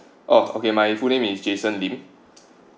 oh okay my full name is jason lim